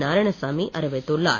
நாராயணசாமி அறிவித்துள்ளார்